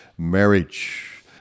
Marriage